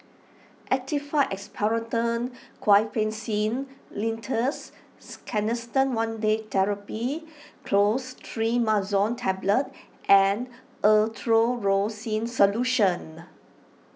Actified Expectorant Guaiphenesin Linctus Canesten one Day therapy Clostrimazole Tablet and Erythroymycin Solution